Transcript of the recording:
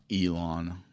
Elon